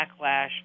backlash